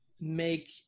make